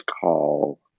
call